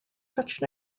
such